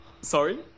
Sorry